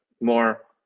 more